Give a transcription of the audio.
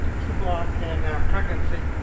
and flublok and pregnancy.